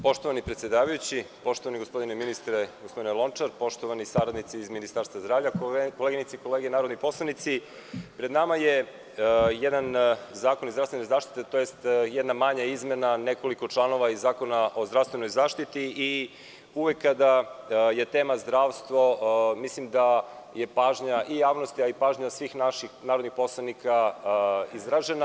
Poštovani predsedavajući, poštovani gospodine ministre, gospodine Lončar, poštovani saradnici iz Ministarstva zdravlja, koleginice i kolege narodni poslanici, pred nama je jedan zakon iz zdravstvene zaštite, tj. jedna manja izmena nekoliko članova iz Zakona o zdravstvenoj zaštiti i uvek kada je tema zdravstvo mislim da je pažnja i javnosti, a i pažnja svih naših narodnih poslanika izražena.